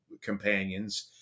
companions